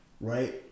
right